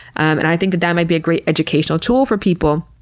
and i think that that might be a great educational tool for people.